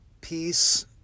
Peace